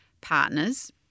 partners